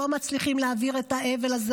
עדיין לא מצליחים להעביר את האבל הזה,